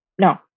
No